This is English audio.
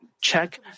check